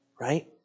Right